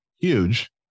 huge